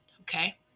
Okay